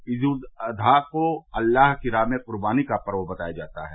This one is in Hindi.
ईद उल अजहा को अल्लाह की राह में कुर्बनी का पर्व बताया जाता है